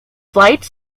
flights